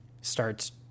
starts